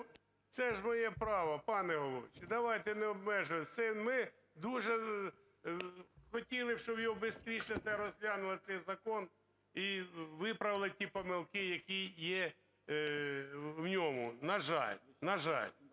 Це ж моє право, пане головуючий, давайте не обмежуватись. Це ми дуже хотіли б, щоб його бистріше розглянули, цей закон, і виправили ті помилки, які є в ньому, на жаль, на жаль.